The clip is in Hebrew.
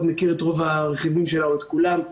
מכיר את רוב הרכיבים שלה או את כולם,